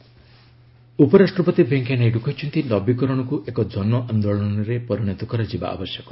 VP innovation ଉପରାଷ୍ଟ୍ରପତି ଭେଙ୍କେୟା ନାଇଡୁ କହିଛନ୍ତି ନବୀକରଣକୁ ଏକ ଜନ ଆନ୍ଦୋଳନରେ ପରିଣତ କରାଯିବା ଆବଶ୍ୟକ